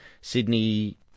Sydney